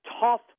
tough